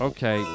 Okay